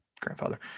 grandfather